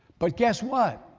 but guess what?